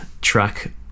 track